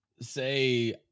say